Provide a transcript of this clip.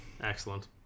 Excellent